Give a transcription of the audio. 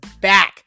back